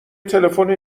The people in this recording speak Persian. تلفن